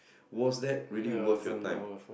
was that really worth your time